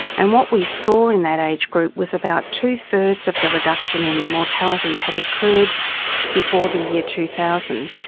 and what we saw in that age group was about two-thirds of the reduction in mortality had occurred before the year two thousand.